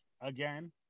again